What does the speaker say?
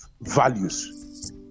values